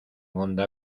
onda